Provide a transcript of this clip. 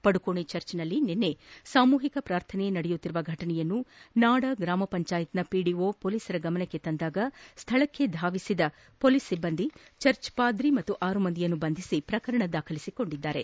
ಪಡುಕೋಣೆ ಚರ್ಚ್ನಲ್ಲಿ ನಿನ್ನೆ ಸಾಮೂಹಿಕ ಪ್ರಾರ್ಥನೆ ನಡೆಯುತ್ತಿರುವ ಫಟನೆಯನ್ನು ನಾಡ ಗ್ರಾಮ ಪಂಚಾಯತ್ನ ಪಿಡಿಒ ಮೊಲೀಸರ ಗಮನಕ್ಕೆ ತಂದಾಗ ಸ್ಥಳಕ್ಕೆ ಧಾವಿಸಿದ ಮೊಲೀಸ್ ಸಿಬ್ಬಂದಿ ಚರ್ಚ್ ಪಾದ್ರಿ ಪಾಗೂ ಆರು ಮಂದಿಯನ್ನು ಬಂಧಿಸಿ ಪ್ರಕರಣ ದಾಖಲಿಸಿಕೊಂಡಿದ್ದಾರೆ